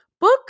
book